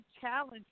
challenge